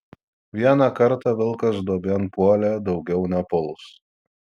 vieną kartą vilkas duobėn puolė daugiau nepuls